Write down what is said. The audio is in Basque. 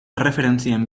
erreferentzien